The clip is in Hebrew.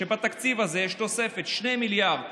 שבתקציב הזה יש תוספת 2 מיליארד